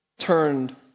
turned